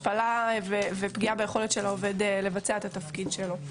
השפלה ופגיעה ביכולת של העובד לבצע את התפקיד שלו.